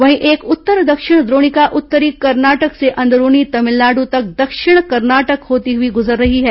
वर्ही एक उत्तर दक्षिण द्रोणिका उत्तरी कर्नाटक से अंदरूनी तमिलनाडु तक दक्षिण कर्नाटक होती हुई गुजर रही है